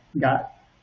Got